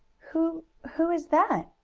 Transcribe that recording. who who is that?